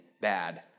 bad